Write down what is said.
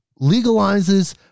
legalizes